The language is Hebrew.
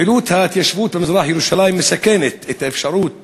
פעילות ההתיישבות במזרח-ירושלים מסכנת את האפשרות